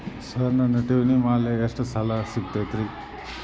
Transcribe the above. Sir ನನ್ನ ಠೇವಣಿ ಮೇಲೆ ಎಷ್ಟು ಸಾಲ ಸಿಗುತ್ತೆ ರೇ?